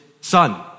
Son